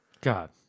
God